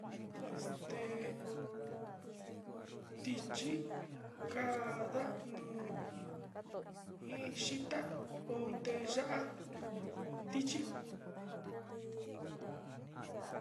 Este tichí kanda nuu iin xhitá onte'e ya'á tichí.